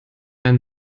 einen